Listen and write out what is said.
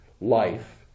life